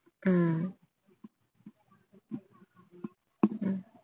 mm mm